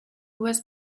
was